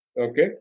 Okay